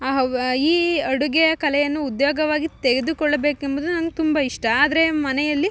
ಆ ಹವ್ ಈ ಅಡುಗೆಯ ಕಲೆಯನ್ನು ಉದ್ಯೋಗವಾಗಿ ತೆಗೆದುಕೊಳ್ಳಬೇಕೆಂಬುದು ನಂಗೆ ತುಂಬ ಇಷ್ಟ ಆದರೆ ಮನೆಯಲ್ಲಿ